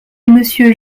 monsieur